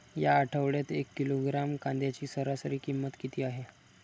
या आठवड्यात एक किलोग्रॅम कांद्याची सरासरी किंमत किती आहे?